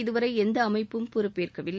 இதுவரை எந்த அமைப்பும் பொறுப்பேற்கவில்லை